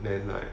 then like